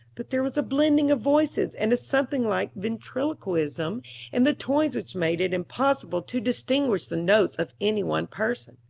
but there was a blending of voices and a something like ventriloquism in the tones which made it impossible to distinguish the notes of any one person.